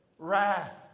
Wrath